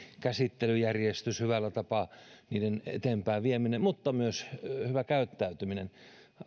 käsittelyjärjestys hyvällä tapaa niiden eteenpäin vieminen mutta myös hyvä käyttäytyminen